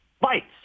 bites